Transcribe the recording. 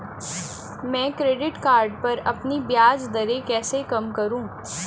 मैं credit card पर अपनी ब्याज दरें कैसे कम करूँ?